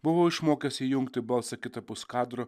buvau išmokęs įjungti balsą kitapus kadro